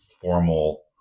formal